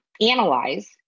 analyze